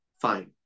Fine